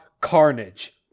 carnage